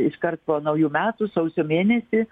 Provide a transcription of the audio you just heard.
iškart po naujų metų sausio mėnesį